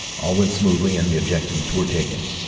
all went smoothly and the objectiv s were taken.